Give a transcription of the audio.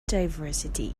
diversity